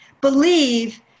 believe